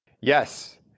Yes